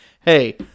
Hey